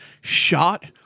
shot